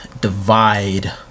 divide